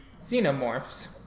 xenomorphs